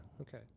okay